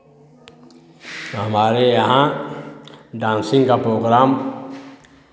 हमारे यहाँ डांसिंग का प्रोग्राम